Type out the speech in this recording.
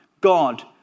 God